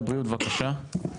בבקשה.